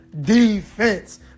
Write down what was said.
Defense